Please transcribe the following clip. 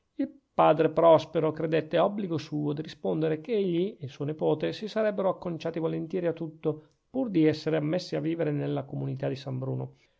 il padre prospero credette obbligo suo di rispondere che egli e il suo nepote si sarebbero acconciati volentieri a tutto pur di essere ammessi a vivere nella comunità di san bruno